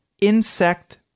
Insect